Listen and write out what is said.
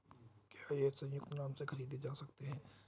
क्या ये संयुक्त नाम से खरीदे जा सकते हैं?